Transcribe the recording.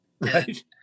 Right